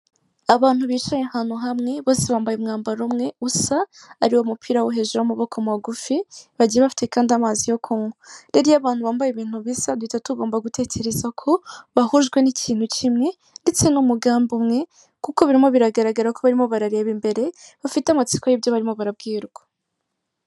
Abantu bicaye ahantu hamwe bose bambaye umwambaro umwe usa ari mupira wo hejuru amaboko magufi, bagiye bafite kandi amazi yo kunywa, rero iyo abantu bambaye ibintu bisa duhita tugomba gutekereza ko bahujwe n'ikintu kimwe ndetse n'umugamba umwe, kuko birimo biragaragara ko barimo barareba imbere bafite amatsiko y'ibyo barimo barabwirwa.